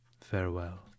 farewell